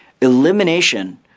Elimination